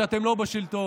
שאתם לא בשלטון,